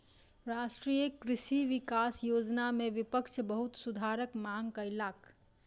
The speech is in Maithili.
राष्ट्रीय कृषि विकास योजना में विपक्ष बहुत सुधारक मांग कयलक